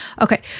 Okay